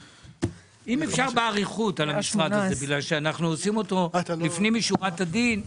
אם אפשר באריכות לגבי המשרד הזה כי אנחנו עושים אותו לפנים משורת הדין.